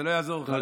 זה לא יעזור לך.